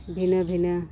ᱵᱷᱤᱱᱟᱹ ᱵᱷᱤᱱᱟᱹ